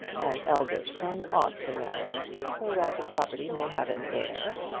an eldest son ought to marry, so that the property may have an heir.